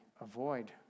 avoid